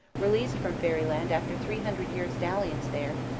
released from fairyland after three hundred years dalliance there,